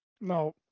No